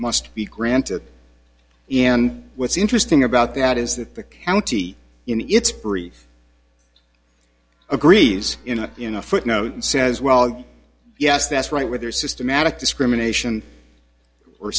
must be granted and what's interesting about that is that the county in its brief agrees in a in a footnote and says well yes that's right whether systematic discrimination or